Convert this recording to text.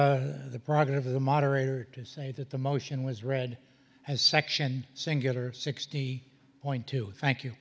the progress of the moderator to say that the motion was read as section singular sixty point to thank you